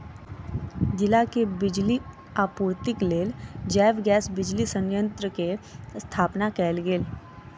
जिला के बिजली आपूर्तिक लेल जैव गैस बिजली संयंत्र के स्थापना कयल गेल